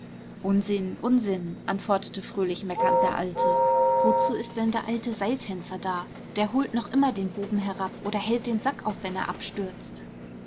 unsinn unsinn antwortete fröhlich meckernd der alte wozu ist denn der alte seiltänzer da der holt noch immer den buben herab oder hält den sack auf wenn er abstürzt